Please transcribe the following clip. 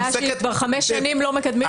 הבעיה היא שכבר חמש שנים לא מקדמים אותה.